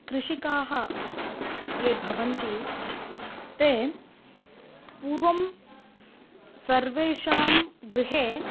कृषिकाः ये भवन्ति ते पूर्वं स् सर्वेषां गृहे